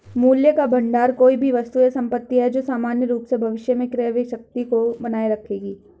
मूल्य का भंडार कोई भी वस्तु या संपत्ति है जो सामान्य रूप से भविष्य में क्रय शक्ति को बनाए रखेगी